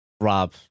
Rob